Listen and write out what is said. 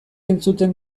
entzuten